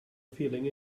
feeling